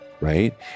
right